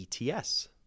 ETS